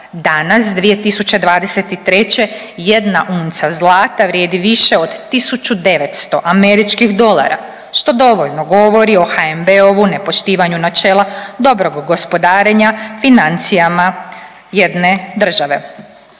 danas 2023. jedna unca zlata vrijedi više od 1900 američkih dolara, što dovoljno govori o HNB-ovu nepoštivanju načela dobrog gospodarenja financijama jedne države.